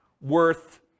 worth